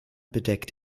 bedeckt